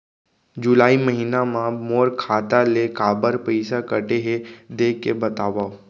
जुलाई महीना मा मोर खाता ले काबर पइसा कटे हे, देख के बतावव?